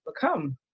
become